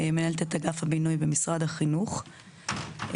מנהלת את אגף הבינוי במשרד החינוך ומי